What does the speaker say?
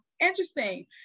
interesting